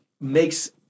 makes